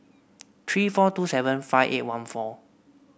three four two seven five eight one four